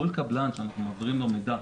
כל קבלן שאנחנו מעבירים מידע